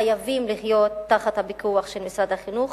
חייבים להיות תחת הפיקוח של משרד החינוך,